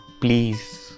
Please